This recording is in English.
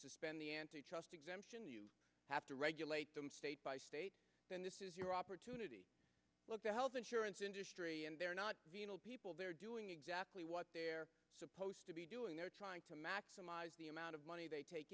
suspend the antitrust exemption you have to regulate them state by state and this is your opportunity to look at health insurance industry and they're not people they're doing exactly what they're supposed to be doing they're trying to maximize the amount of money they take